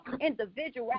individuality